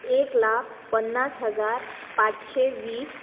एक लाख पन्नास हजार पाचशे वीस